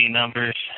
numbers